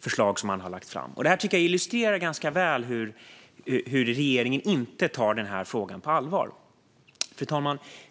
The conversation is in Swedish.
förslag man har lagt fram. Detta tycker jag illustrerar ganska väl hur regeringen inte tar denna fråga på allvar. Fru talman!